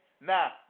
Now